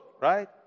right